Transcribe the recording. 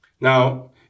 Now